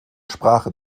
sprache